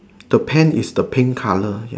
the pant is the pink color ya